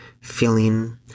feeling